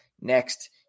next